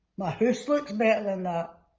my house looks better than that.